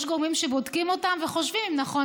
יש גורמים שבודקים אותם וחושבים אם נכון